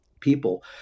people